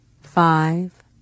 five